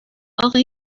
اقا